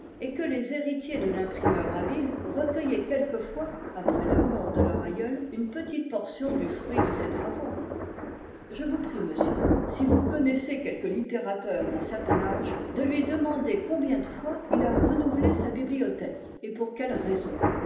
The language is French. et que les héritiers de l'imprimeur habile recueillaient quelquefois après la mort de leur aïeul une petite portion du fruit de ses travaux je vous prie monsieur si vous connaissez quelque littérateur d'un certain âge de lui demander combien de fois il a renouvelé sa bibliothèque et pour quelle raison